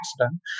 accident